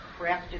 crafted